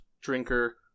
drinker